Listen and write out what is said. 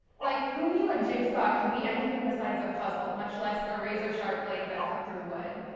like, who knew a jigsaw could be anything besides a puzzle, much less a razor sharp blade that cut through wood?